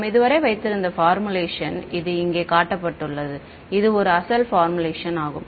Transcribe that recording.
நாம் இதுவரை வைத்திருந்த பார்முலெக்ஷன் இது இங்கே காட்டப்பட்டுள்ளது இது ஒரு அசல் பார்முலெக்ஷன் ஆகும்